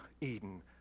Eden